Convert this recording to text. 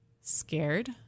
scared